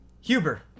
Huber